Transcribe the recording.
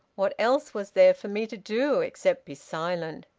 what else was there for me to do except be silent?